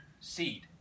seed